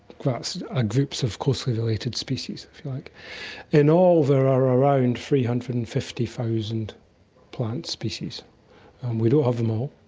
groups ah groups of closely related species. like in all there are around three hundred and fifty thousand plants species, and we don't have them all,